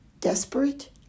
Desperate